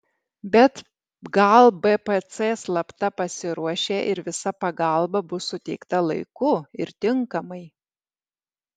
bet gal bpc slapta pasiruošė ir visa pagalba bus suteikta laiku ir tinkamai